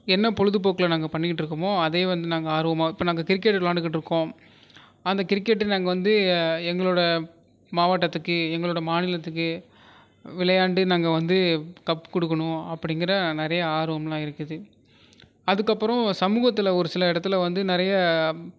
என்ன பொழுதுபோக்கில் நாங்கள் பண்ணிவிட்டு இருக்கோமோ அதே வந்து நாங்கள் ஆர்வமாக இப்போ நாங்கள் கிரிக்கெட் விளையாண்டுக்கிட்டு இருக்கோம் அந்த கிரிக்கெட்டு நாங்கள் வந்து எங்களோட மாவட்டத்துக்கு எங்களோட மாநிலத்துக்கு விளையாண்டு நாங்கள் வந்து கப் கொடுக்குணும் அப்படிங்கிற நிறையா ஆர்வமெலாம் இருக்குது அதுக்கப்புறம் சமூகத்தில் ஒரு சில இடத்துல வந்து நிறைய